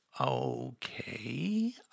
okay